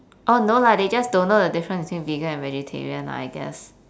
oh no lah they just don't know the difference between vegan and vegetarian lah I guess